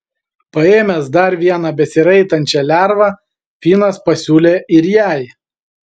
paėmęs dar vieną besiraitančią lervą finas pasiūlė ir jai